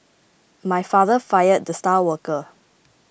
my father fired the star worker